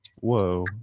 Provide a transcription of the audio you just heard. Whoa